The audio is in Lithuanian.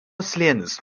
slėnis